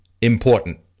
important